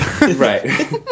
Right